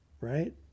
right